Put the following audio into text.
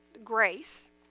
grace